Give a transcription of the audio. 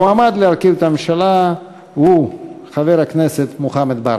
המועמד להרכיב את הממשלה הוא חבר הכנסת מוחמד ברכה.